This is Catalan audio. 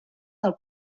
del